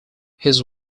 his